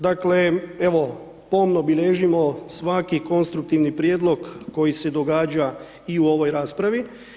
Dakle evo pomno bilježimo svaki konstruktivni prijedlog koji se događa i u ovoj raspravi.